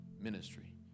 ministry